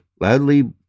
loudly